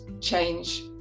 change